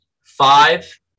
five